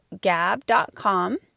gab.com